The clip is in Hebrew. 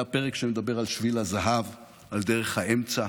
זה הפרק שמדבר על שביל הזהב, על דרך האמצע,